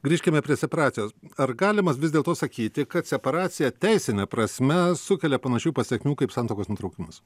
grįžkime prie separacijos ar galim mes vis dėlto sakyti kad separacija teisine prasme sukelia panašių pasekmių kaip santuokos nutraukimas